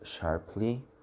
sharply